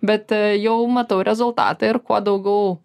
bet a jau matau rezultatą ir kuo daugiau